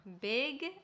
big